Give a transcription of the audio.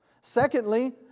Secondly